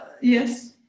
yes